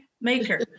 maker